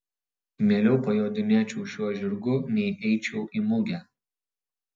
mieliau pajodinėčiau šiuo žirgu nei eičiau į mugę